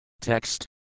Text